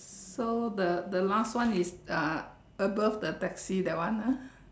so the the last one is uh above the taxi that one ah